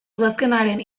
udazkenaren